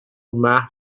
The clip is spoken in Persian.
محو